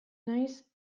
naiz